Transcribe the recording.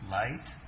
light